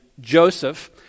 Joseph